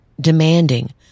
demanding